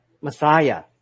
Messiah